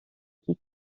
qui